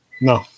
No